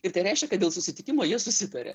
ir tai reiškia kad dėl susitikimo jie susitarė